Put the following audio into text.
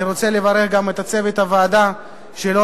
אני רוצה לברך גם את צוות הוועדה שלו,